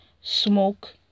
smoke